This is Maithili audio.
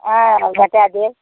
हँ बतै देब